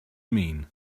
mean